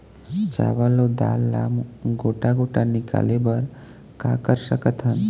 चावल अऊ दाल ला गोटा गोटा निकाले बर का कर सकथन?